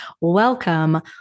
welcome